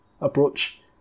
approach